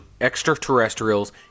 extraterrestrials